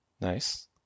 Nice